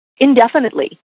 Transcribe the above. Indefinitely